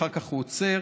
אחר כך הוא עוצר,